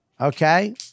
okay